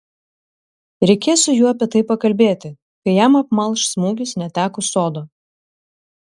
reikės su juo apie tai pakalbėti kai jam apmalš smūgis netekus sodo